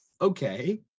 okay